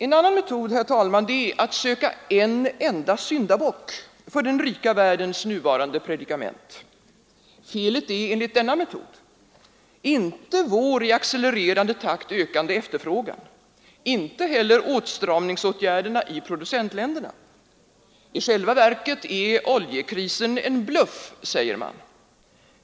En annan metod är att söka en enda syndabock för den rika världens nuvarande predikament. Felet är enligt denna metod inte vår i accelererande takt ökande efterfrågan, inte heller åtstramningsåtgärderna i producentländerna. I själva verket är oljekrisen en bluff, säger man.